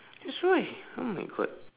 that's why oh my god